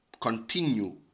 continue